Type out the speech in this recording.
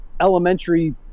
elementary